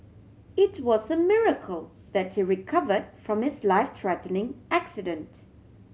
it was a miracle that he recovered from his life threatening accident